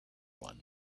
one